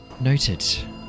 Noted